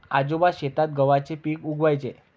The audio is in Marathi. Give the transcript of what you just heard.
आजोबा शेतात गव्हाचे पीक उगवयाचे